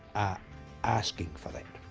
asking for that.